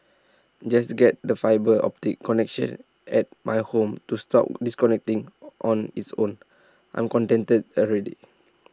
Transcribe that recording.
just get the fibre optic connection at my home to stop disconnecting on its own I'm contented already